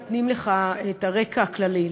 נותנים לך את הרקע הכללי,